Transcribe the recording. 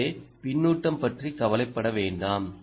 எனவே பின்னூட்டம் பற்றி கவலைப்பட வேண்டாம்